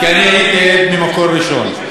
כי אני הייתי עד ממקור ראשון.